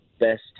best